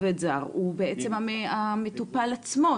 הוא בעצם המטופל עצמו,